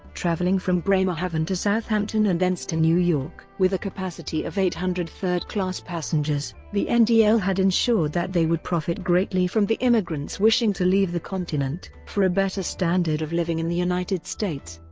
travelling from bremerhaven to southampton and thence to new york. with a capacity of eight hundred third-class passengers, the ndl and ah had ensured that they would profit greatly from the immigrants wishing to leave the continent for a better standard of living in the united states.